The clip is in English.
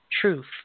truth